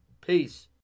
Peace